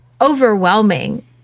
overwhelming